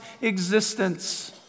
existence